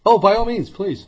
oh by all means please